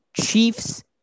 Chiefs